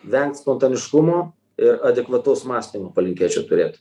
vengt spontaniškumo ir adekvataus mąstymo palinkėčiau turėt